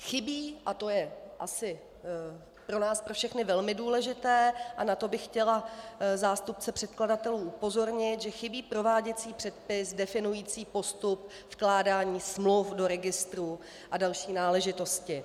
Chybí, a to je asi pro vás všechny velmi důležité a na to bych chtěla zástupce předkladatelů upozornit, chybí prováděcí předpis definující postup vkládání smluv do registru a další náležitosti.